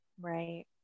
Right